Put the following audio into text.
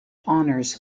honours